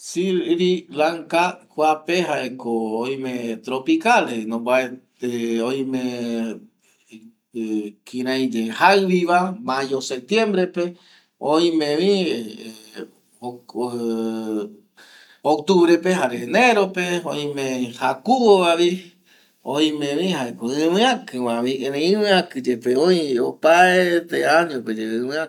Sri Lanka kuape jaeko oime tropical vi oime ˂hesitation˃ kirei ye jaivi va mayo septiembre pe oime vi octubre pe jare enero pe oimr jakuvo va vi oime vi iviakiva erei iviaki ye pe yogunoi opaete año pe iñaki